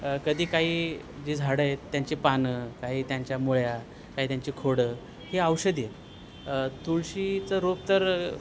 कधी काही जी झाडं आहेत त्यांची पानं काही त्यांच्या मुळ्या काही त्यांची खोडं ह औषधीेत तुळशीचं रोप तर